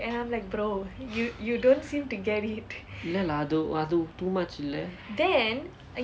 இல்லை:illai lah அது அது:athu athu too much இல்லை:illai